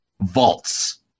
vaults